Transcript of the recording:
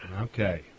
Okay